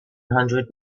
hundred